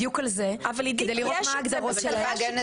בדיוק על זה כדי לראות מה ההגדרות שלהם.